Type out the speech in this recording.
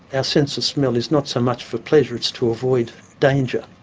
a sense of smell is not so much for pleasure, it's to avoid danger.